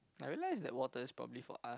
I realized that water is probably for us